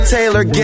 Taylor